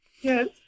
Yes